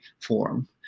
form